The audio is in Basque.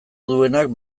duenak